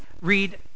read